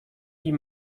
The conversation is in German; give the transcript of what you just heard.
die